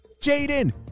Jaden